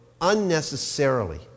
unnecessarily